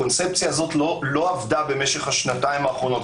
הקונספציה הזאת לא עבדה במשך השנתיים האחרונות.